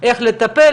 איך לטפל,